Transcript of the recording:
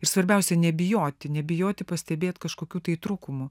ir svarbiausia nebijoti nebijoti pastebėt kažkokių tai trūkumų